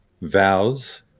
vows